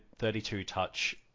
32-touch